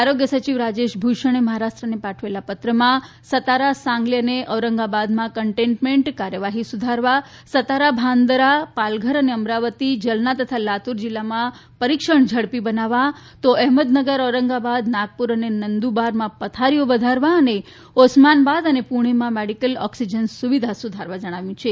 આરોગ્ય સચિવ રાજેશ ભૂષણે મહારાષ્ટ્રને પાઠવેલા પત્રમાં સતારા સાંગલી અને ઔરંગાબાદમાં કનટેન્ટમેન્ટ કાર્યવાહી સુધારવા સતારા ભાંદારા પાલઘર અમરાવતી જલના અને લાતુર જિલ્લામાં પરીક્ષણ ઝડપી બનાવવા અહમદનગર ઔરંગાબાદ નાગપુર ને નંદુબારમાં પથારીઓ વધારવા તો ઓસમાનબાદ અને પુણેમાં મેડીકલ ઓક્સીજન અને સુવિધા સુધારવા જણાવાયું છે